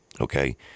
Okay